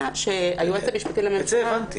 שהיועץ המשפטי לממשלה --- את זה הבנתי.